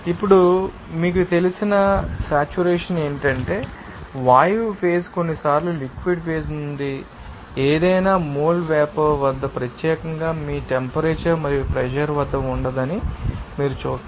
ఇప్పుడు మీకు తెలిసిన సేట్యురేషన్ ఏమిటంటే వాయువు ఫేజ్ కొన్నిసార్లు లిక్విడ్ ఫేజ్ నుండి ఏదైనా మోల్ వేపర్ వద్ద ప్రత్యేకంగా మీ టెంపరేచర్ మరియు ప్రెషర్ వద్ద ఉండదని మీరు చూస్తారు